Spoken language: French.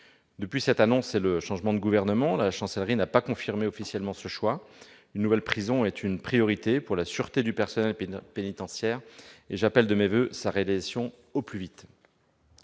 Depuis cette annonce et le changement de gouvernement, la Chancellerie n'a pas officiellement confirmé ce choix. Une nouvelle prison est une priorité pour la sûreté du personnel pénitentiaire et j'appelle de mes voeux sa réalisation au plus vite.